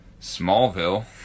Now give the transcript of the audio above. Smallville